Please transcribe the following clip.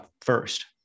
first